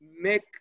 make